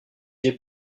j’ai